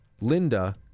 Linda